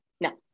No